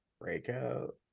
Breakout